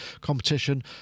competition